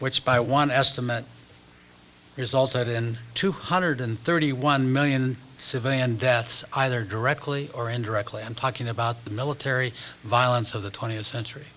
which by one estimate is altered in two hundred and thirty one million civilian deaths either directly or indirectly i'm talking about the military violence of the twentieth century